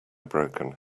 broken